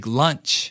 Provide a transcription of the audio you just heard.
lunch